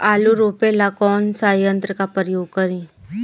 आलू रोपे ला कौन सा यंत्र का प्रयोग करी?